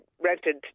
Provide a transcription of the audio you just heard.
rented